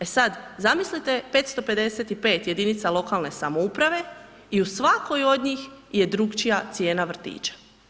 E sad, zamislite 555 jedinice lokalne samouprave i u svakoj od njih je drukčija cijena vrtića.